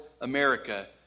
America